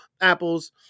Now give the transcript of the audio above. Apples